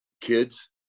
kids